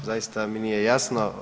Zaista mi nije jasno.